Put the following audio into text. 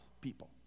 people